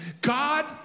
God